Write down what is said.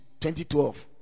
2012